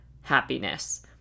happiness